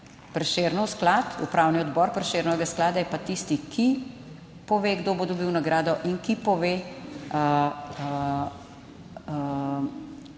Prešernov sklad, Upravni odbor Prešernovega sklada je pa tisti, ki pove, kdo bo dobil nagrado, in ki pove, koliko denarja